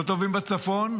לא טובים בצפון,